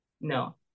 no